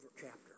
chapter